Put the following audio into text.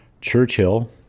Churchill